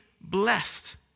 blessed